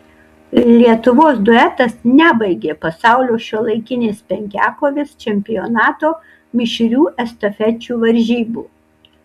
lietuvos duetas nebaigė pasaulio šiuolaikinės penkiakovės čempionato mišrių estafečių varžybų